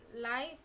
Life